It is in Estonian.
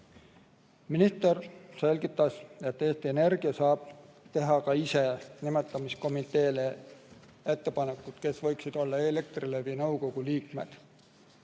Minister selgitas, et Eesti Energia saab teha ka ise nimetamiskomiteele ettepanekuid, kes võiksid olla Elektrilevi nõukogu liikmed.